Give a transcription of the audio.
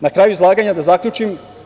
Na kraju izlaganja da zaključim.